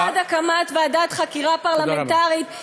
תצביעו בעד הקמת ועדת חקירה פרלמנטרית, תודה רבה.